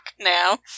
now